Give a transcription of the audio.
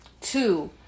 Two